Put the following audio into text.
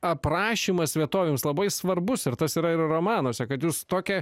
aprašymas vietovėms labai svarbus ir tas yra ir romanuose kad jūs tokia